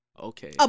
Okay